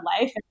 life